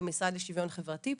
המשרד לשוויון חברתי פה,